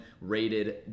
rated